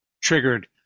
triggered